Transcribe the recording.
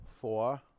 Four